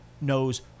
knows